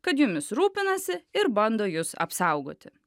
kad jumis rūpinasi ir bando jus apsaugoti